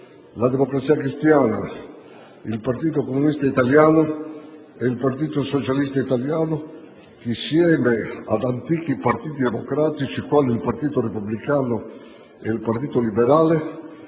la Democrazia Cristiana, il Partito comunista italiano e il Partito socialista italiano che, insieme ad antichi partiti democratici quali il Partito repubblicano e il Partito liberale,